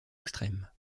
extrême